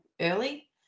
early